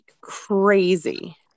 crazy